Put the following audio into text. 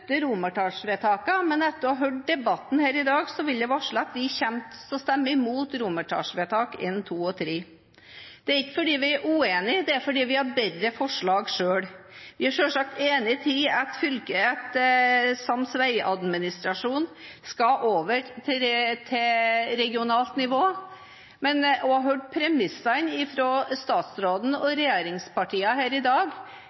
til romertallsvedtak, men etter å ha hørt debatten i dag vil jeg varsle at vi kommer til å stemme imot I, II og III. Det er ikke fordi vi er uenige. Det er fordi vi har bedre forslag selv. Vi er selvsagt enige i at sams veiadministrasjon skal over til regionalt nivå, men etter å ha hørt premissene fra statsråden og regjeringspartiene i dag,